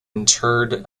interred